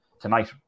tonight